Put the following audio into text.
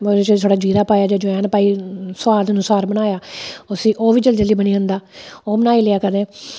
ओह्दे च छड़ा जीरा पाई ते जवैन पाई सुआद अनुसार बनाया उसी ओह् बी जल्दी जल्दी बनी जंदा ओह् बनाई लेआ कदें